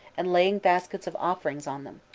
and laying baskets of offerings on them.